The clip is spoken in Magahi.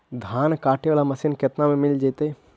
धान काटे वाला मशीन केतना में मिल जैतै?